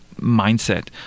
mindset